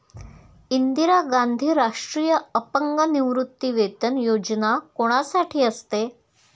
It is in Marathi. इंदिरा गांधी राष्ट्रीय अपंग निवृत्तीवेतन योजना कोणासाठी असते?